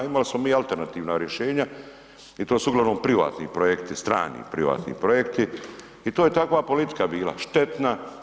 Imali smo mi alternativna rješenja i to su uglavnom privatni projekti, strani privatni projekti i to je takva politika bila, štetna.